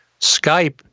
Skype